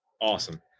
Awesome